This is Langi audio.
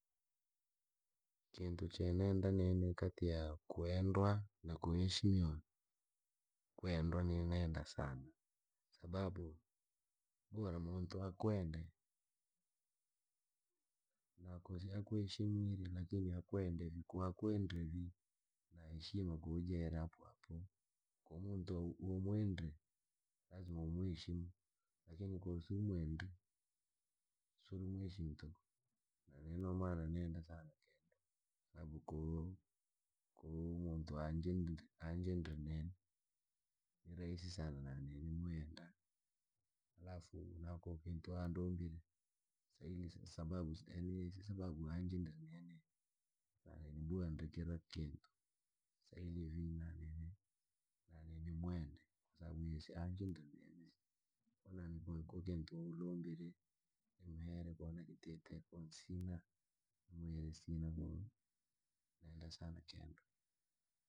Kintu cha neenda nene kati ya kwendwa na kuheshimiwa. Kuendwa ni nenda sana, sababu bora muntu akwende na akuheshimire lakini a kwende kwa kwendre vii na heshima kuuja iri hapohapo. Ko muntu umwende lazima umuheshimu, lakini koo siumwende, siurimheshimu tu. No maana nenda sana ke muntu anjendre, anjendre nini. Ni rahisi sana nini mwenda. Halafu nako kintu alombire sababu si anjendre nini na booya vii kira kintu unlombire ko nakitite ko nsina ni kumuwira vii no maana nenda sana kendwa.